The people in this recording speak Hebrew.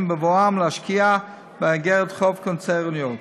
בבואם להשקיע באיגרות חוב קונצרניות,